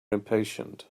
impatient